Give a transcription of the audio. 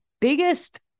biggest